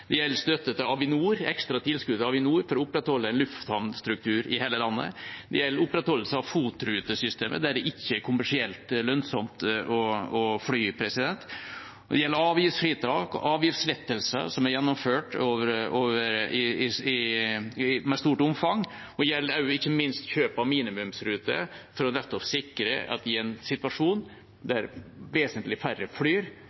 det gjelder støtte til Avinor, ekstra tilskudd til Avinor for å opprettholde en lufthavnstruktur i hele landet, det gjelder opprettholdelse av FOT-rutesystemet der det ikke er kommersielt lønnsomt å fly, det gjelder avgiftsfritak og avgiftslettelser som er gjennomført med stort omfang, og det gjelder ikke minst kjøp av minimumsruter for nettopp å sikre at vi i en krevende situasjon, der vesentlig færre flyr,